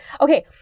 okay